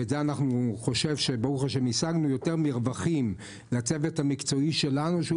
ובו אני חושב שהשגנו יותר מרווחים לצוות המקצועי שלנו; שהוא